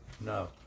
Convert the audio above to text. No